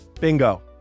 bingo